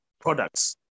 products